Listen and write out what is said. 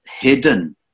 hidden